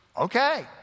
okay